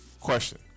Question